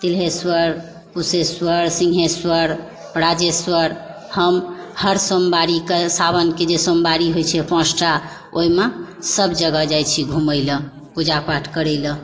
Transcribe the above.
तिल्हेश्वर कुशेश्वर सिंघेश्वर राजेश्वर हम हर सोमवारी कऽ सावनके जे सोमवारी होइ छै अपन पाँचटा ओहिमे सब जगह जाइ छी घुमय ला पूजा पाठ करय लए